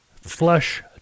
flush